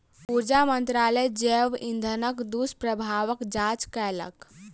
ऊर्जा मंत्रालय जैव इंधनक दुष्प्रभावक जांच केलक